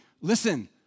Listen